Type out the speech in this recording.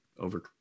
over